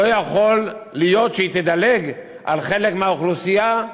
לא יכול להיות שהיא תדלג על חלק מהאוכלוסייה,